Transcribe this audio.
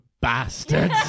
bastards